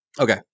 Okay